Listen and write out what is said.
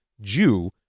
Jew